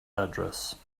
address